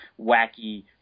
wacky